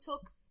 took